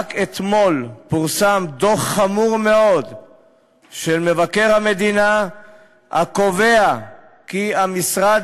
רק אתמול פורסם דוח חמור מאוד של מבקר המדינה הקובע כי המשרד